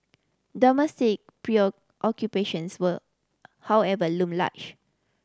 domestic preoccupations were however loom large